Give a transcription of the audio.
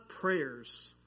prayers